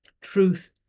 truth